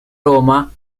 roma